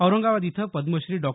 औरंगाबाद इथं पद्मश्री डॉ